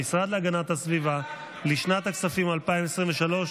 המשרד להגנת הסביבה, לשנת הכספים 2023,